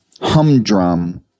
humdrum